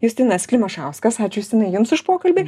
justinas klimašauskas ačiū justinai jums už pokalbį